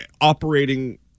operating